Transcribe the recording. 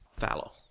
Fallow